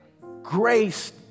grace